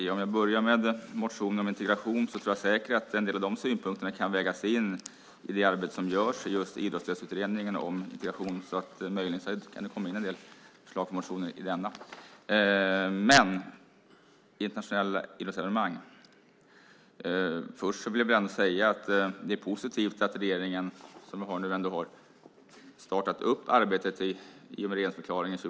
Fru talman! När det gäller motionen om integration tror jag säkert att en del av de synpunkterna kan vägas in i det arbete som görs i Idrottsrättsutredningen om integration. Möjligen kan det komma in en del förslag från motionen i denna. När det gäller internationella idrottsevenemang vill jag först säga att det är positivt att regeringen har startat upp arbetet i och med regeringsförklaringen.